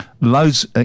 Loads